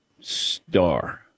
Star